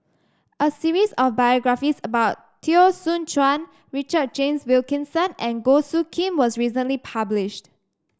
a series of biographies about Teo Soon Chuan Richard James Wilkinson and Goh Soo Khim was recently published